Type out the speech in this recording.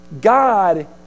God